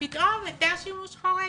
פתאום היתר שימוש חורג.